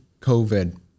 COVID